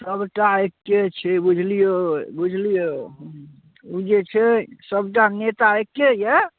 सबटा एक्के छै बुझलिए बुझलिए ओ जे छै सबटा नेता एक्के अइ